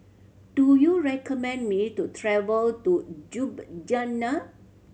do you recommend me to travel to Ljubljana